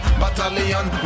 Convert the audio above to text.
battalion